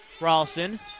Ralston